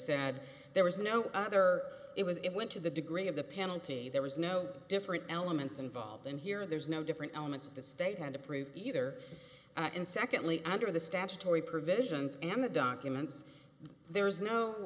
said there was no other it was it went to the degree of the penalty there was no different elements involved and here there's no different elements of the state had to prove either and secondly under the statutory provisions and the documents there